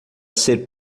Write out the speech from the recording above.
ser